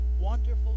wonderful